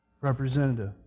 representative